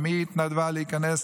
גם היא התנדבה להיכנס,